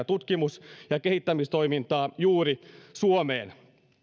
tutkimus ja kehittämistoimintaa juuri suomeen